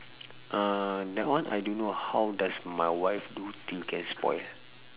uh that one I don't know how does my wife do till can spoil